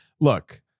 Look